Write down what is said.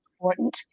important